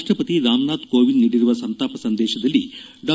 ರಾಷ್ಟಪತಿ ರಾಮನಾಥ್ ಕೋವಿಂದ್ ನೀಡಿರುವ ಸಂತಾಪ ಸಂದೇತದಲ್ಲಿ ಡಾ